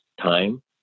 time